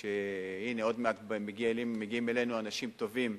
שהנה עוד מעט מגיעים אלינו אנשים טובים,